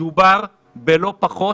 מדובר בלא פחות